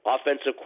offensive